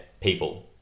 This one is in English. people